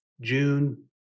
June